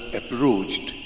approached